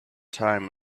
time